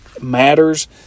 matters